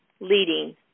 leading